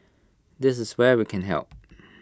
this is where we can help